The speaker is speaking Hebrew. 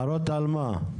הערות על מה?